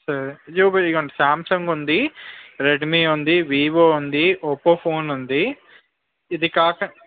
సరే ఇదిగో సామ్సంగ్ ఉంది రెడ్మీ ఉంది వివో ఉంది ఒప్పో ఫోన్ ఉంది ఇది కాక